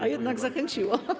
A jednak zachęciło.